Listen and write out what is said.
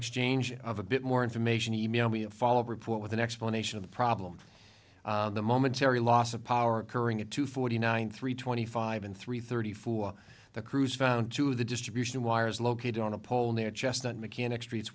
exchange of a bit more information email me a follow report with an explanation of the problem the momentary loss of power occurring at two forty nine three twenty five and three thirty four the crews found to the distribution wires located on a pole near justin mechanic streets